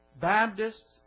Baptists